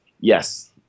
Yes